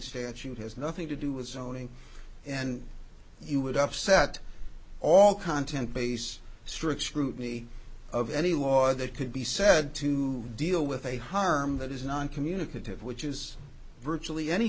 statute has nothing to do with zoning and it would upset all content base strict scrutiny of any law that could be said to deal with a harm that is non communicative which is virtually any